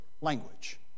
language